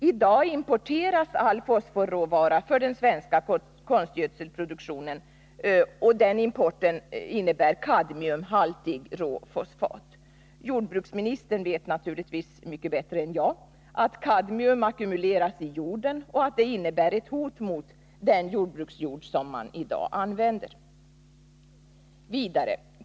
I dag importeras all fosforråvara för den svenska konstgödselproduktionen, och den importen för in kadmiumhaltigt råfosfat. Jordbruksministern vet naturligtvis mycket bättre än jag att kadmium ackumuleras i jorden och att detta innebär ett hot mot den jordbruksjord som i dag används.